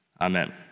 Amen